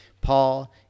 Paul